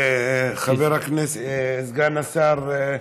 סגן השר,